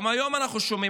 גם היום אנחנו שומעים,